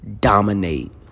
Dominate